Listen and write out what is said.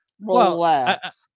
Relax